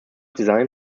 design